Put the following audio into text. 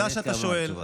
אבל יש לנו תשובות.